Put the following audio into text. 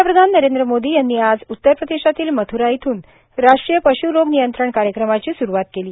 पंतप्रधान नरेंद्र मोदी यांनी आज उत्तर प्रदेशातील मथ्रा येथून राष्ट्रीय पशू रोग नियंत्रण कार्यक्रमाची स्रवात केली